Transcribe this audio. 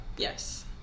Yes